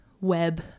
web